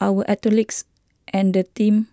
our athletes and the team